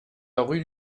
rue